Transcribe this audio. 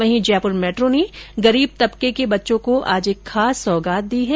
वहीं जयपुर मेट्रो ने गरीब तबके के बच्चों को आज एक खास सौगात दी है